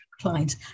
clients